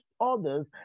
others